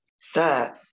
Sir